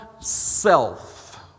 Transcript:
self